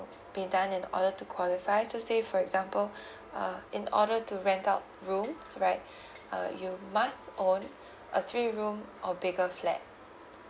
be done in order to qualify so say for example uh in order to rent out rooms right uh you must own a three room or bigger flat